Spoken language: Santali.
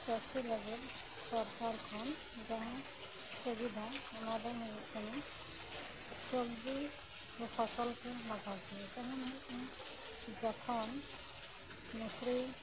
ᱪᱟᱥᱤ ᱞᱟᱜᱤᱜ ᱥᱚᱠᱟᱨ ᱠᱷᱚᱱ ᱡᱟᱦᱟᱸᱱ ᱥᱩᱵᱤᱫᱷᱟ ᱚᱱᱟ ᱫᱚ ᱦᱩᱭᱩᱜ ᱠᱟᱱᱟ ᱥᱚᱵᱽᱡᱤ ᱥᱮ ᱯᱷᱚᱥᱚᱞ ᱠᱚ ᱞᱟᱜᱟᱣᱟ ᱛᱮᱢᱚᱱ ᱦᱩᱭᱩᱜ ᱠᱟᱱᱟ ᱡᱚᱠᱷᱚᱱ ᱢᱟ ᱥᱨᱤ